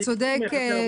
אתה צודק,